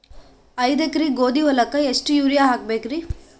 ಐದ ಎಕರಿ ಗೋಧಿ ಹೊಲಕ್ಕ ಎಷ್ಟ ಯೂರಿಯಹಾಕಬೆಕ್ರಿ?